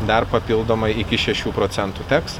dar papildomai iki šešių procentų teks